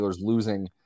losing